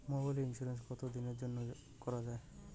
মোবাইলের ইন্সুরেন্স কতো দিনের জন্যে করা য়ায়?